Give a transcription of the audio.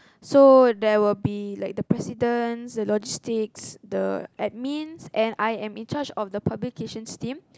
so there will be like the president the logistics the admins and I am in charge of the publications team